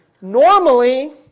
Normally